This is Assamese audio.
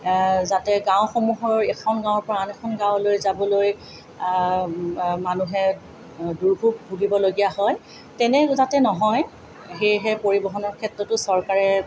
যাতে গাঁওসমূহৰ এখন গাঁৱৰ পৰা আন এখন গাঁৱলৈ যাবলৈ মানুহে দুৰ্ভোগ ভুগিবলগীয়া হয় তেনে যাতে নহয় সেয়েহে পৰিবহণৰ ক্ষেত্ৰতো চৰকাৰে